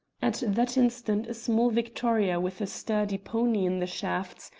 at that instant a small victoria with a sturdy pony in the shafts,